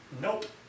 Nope